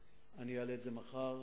אני אעלה אותן מחר